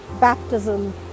baptism